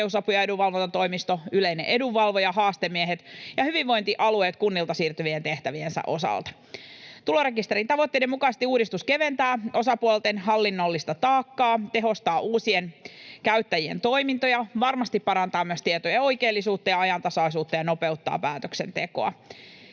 ja edunvalvontatoimisto, yleinen edunvalvoja, haastemiehet ja hyvinvointialueet kunnilta siirtyvien tehtäviensä osalta. Tulorekisterin tavoitteiden mukaisesti uudistus keventää osapuolten hallinnollista taakkaa, tehostaa uusien käyttäjien toimintoja, varmasti parantaa myös tietojen oikeellisuutta ja ajantasaisuutta ja nopeuttaa päätöksentekoa,